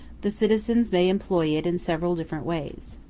the citizens may employ it in several different ways.